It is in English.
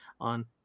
on